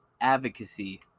advocacy